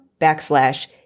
backslash